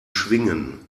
schwingen